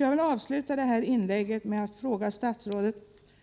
Jag vill avsluta det här inlägget med att fråga statsrådet: